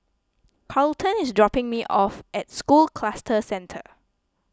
Carlton is dropping me off at School Cluster Centre